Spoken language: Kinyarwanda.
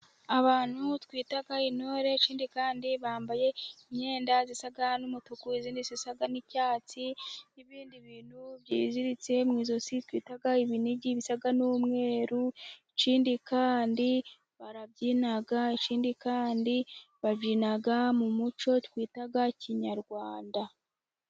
Abantu twita intore, ikindi kandi bambaye imyenda isa n'umutuku, iyindi isa n'icyatsi n'ibindi bintu biziritse mu ijosi twita inigi bisa n'umweruru, ikindi kandi barabyina, ikindi kandi babyina mu muco twita kinyarwanda.